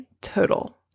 total